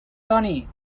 toni